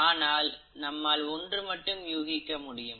ஆனால் நம்மால் ஒன்று மட்டும் யூகிக்க முடியும்